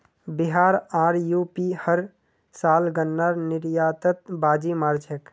बिहार आर यू.पी हर साल गन्नार निर्यातत बाजी मार छेक